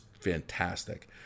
fantastic